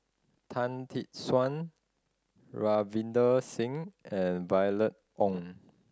Tan Tee Suan Ravinder Singh and Violet Oon